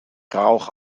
rauch